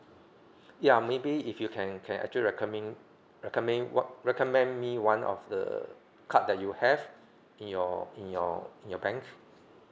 ya maybe if you can can actually recommend recommend what recommend me one of the card that you have in your in your in your bank